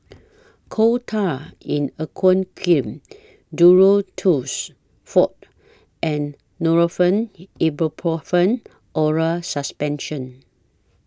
Coal Tar in Aqueous Cream Duro Tuss Forte and Nurofen Ibuprofen Oral Suspension